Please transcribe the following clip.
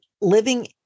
living